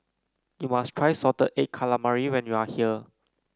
you must try Salted Egg Calamari when you are here